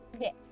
Yes